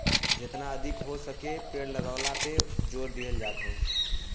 जेतना अधिका हो सके पेड़ लगावला पे जोर दिहल जात हौ